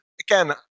again